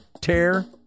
Tear